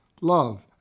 love